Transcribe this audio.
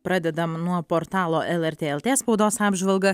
pradedam nuo portalo lrt lt spaudos apžvalgą